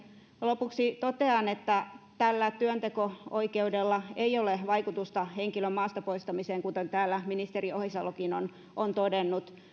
lopuksi totean että tällä työnteko oikeudella ei ole vaikutusta henkilön maastapoistamiseen kuten täällä ministeri ohisalokin on on todennut